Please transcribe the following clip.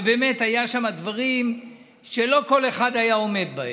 ובאמת היו שם דברים שלא כל אחד היה עומד בהם.